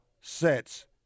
sets